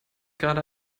gerade